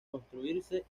construirse